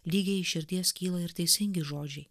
lygiai iš širdies kyla ir teisingi žodžiai